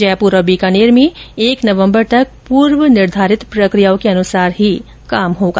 जयपुर और बीकानेर में एक नवम्बर तक पूर्व निर्धारित प्रक्रियाओं के अनुसार ही काम होगा